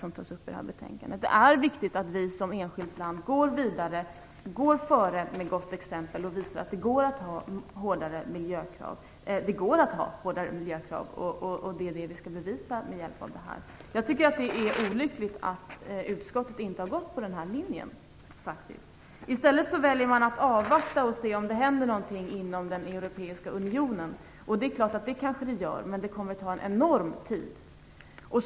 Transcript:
Det är viktigt att vi som enskilt land går före med goda exempel som visar att det är möjligt med hårdare miljökrav, vilket vi skall bevisa med hjälp av detta. Det är olyckligt att utskottet inte har gått på den linjen. I stället väljer man att avvakta och se om det händer någonting inom den europeiska unionen. Det är klart att det kanske gör det, men det kommer att ta en enormt lång tid.